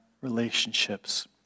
relationships